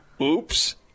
Oops